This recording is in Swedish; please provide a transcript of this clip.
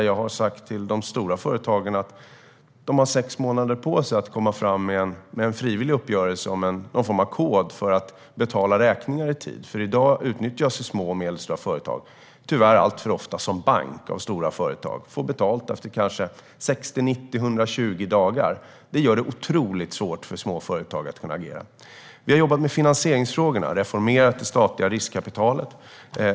Jag har sagt till de stora företagen att de har sex månader på sig att komma fram med en frivillig uppgörelse om någon form av kod för att betala räkningar i tid. I dag utnyttjas små och medelstora företag tyvärr alltför ofta som bank av stora företag - de får betalt efter kanske 60, 90 eller 120 dagar. Det gör det otroligt svårt för små företag att kunna agera. Vi har jobbat med finansieringsfrågorna och reformerat det statliga riskkapitalet.